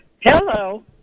Hello